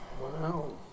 Wow